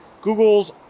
Google's